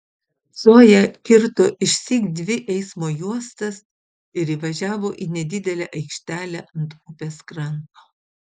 zoja kirto išsyk dvi eismo juostas ir įvažiavo į nedidelę aikštelę ant upės kranto